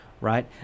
right